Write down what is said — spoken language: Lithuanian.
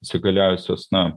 įsigalėjusios na